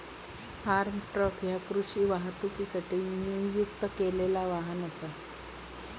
form truck ह्या कृषी वाहतुकीसाठी नियुक्त केलेला वाहन असा